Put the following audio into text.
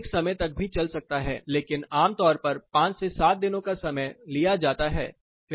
यह अधिक समय तक भी चल सकता है लेकिन आम तौर पर 5 से 7 दिनों का समय लिया जाता है